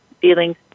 feelings